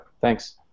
Thanks